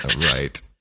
Right